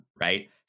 Right